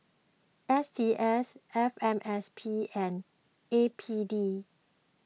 S T S F M S P and A P D